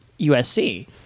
USC